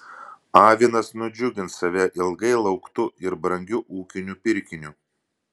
avinas nudžiugins save ilgai lauktu ir brangiu ūkiniu pirkiniu